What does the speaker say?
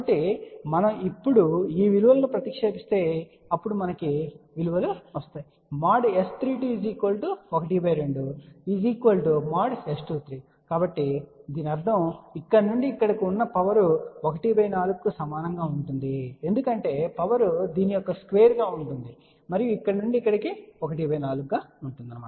కాబట్టి మనం ఇప్పుడు ఈ విలువలను ప్రతిక్షేపిస్తే అప్పుడు మనకు విలువలు వస్తాయి |S32| ½ |S23| కాబట్టి దీని అర్థం ఇక్కడ నుండి ఇక్కడికి ఉన్న పవర్ ¼కి సమానంగా ఉంటుంది ఎందుకంటే పవర్ దీని యొక్క స్క్వేర్ గా ఉంటుంది మరియు ఇక్కడ నుండి ఇక్కడకు ¼ గా ఉంటుంది